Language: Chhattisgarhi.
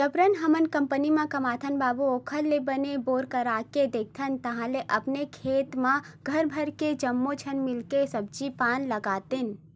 जबरन हमन कंपनी म कमाथन बाबू ओखर ले बने बोर करवाके देखथन ताहले अपने खेत म घर भर के जम्मो झन मिलके सब्जी पान लगातेन